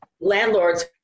Landlords